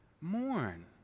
mourn